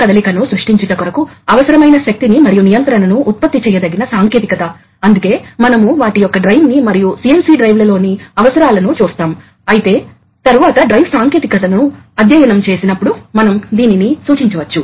pneumatic మరియు hydraulic systems యొక్క merits మరియు డిమెరిట్స్ పేర్కొంటాము మరియు కొన్ని కంట్రోల్ అప్లికేషన్స్ కూడా వివరిస్తాము